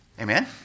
Amen